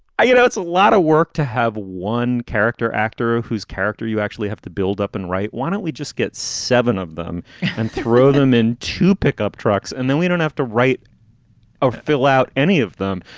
you know, it's a lot of work to have one character actor whose character you actually have to build up and. right why don't we just get seven of them and throw them in two pickup trucks and then we don't have to write or fill out any of them.